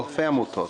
אלפי עמותות.